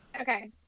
Okay